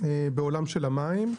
בעולם של המים,